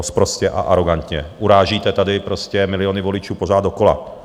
Sprostě a arogantně urážíte tady prostě miliony voličů pořád dokola.